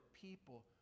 people